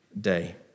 day